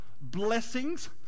blessings